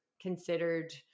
considered